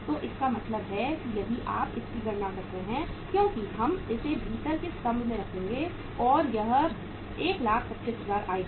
तो इसका मतलब है कि यदि आप इसकी गणना करते हैं क्योंकि हम इसे भीतर के स्तंभ में रखेंगे और यह 125000 आएगा